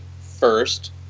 first